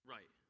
Right